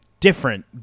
Different